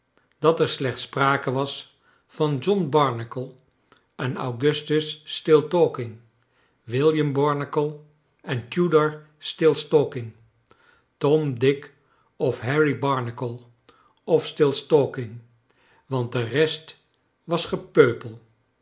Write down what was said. dat er slechts sprake was van john barnacle en augustus stilstalking william barnacle en tudor stilstalking tom dick of harry barnacle of stilstalking want de rest was gepeupel